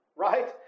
Right